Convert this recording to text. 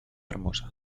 hermosa